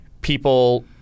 people